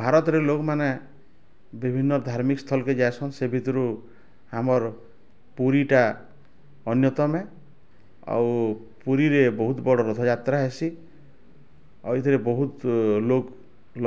ଭାରତରେ ଲୋକ୍ମାନେ ବିଭିନ୍ନ ଧାର୍ମିକ୍ ସ୍ଥଳକେ ଯାଏସନ୍ ସେ ଭିତରୁ ଆମର୍ ପୁରୀଟା ଅନ୍ୟତମେ ଆଉ ପୁରୀରେ ବହୁତ୍ ବଡ଼୍ ରଥଯାତ୍ରା ହେସି ଆଉ ଏଥିରେ ବହୁତ୍ ଲୋକ୍